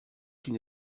qu’il